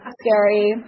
scary